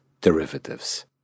derivatives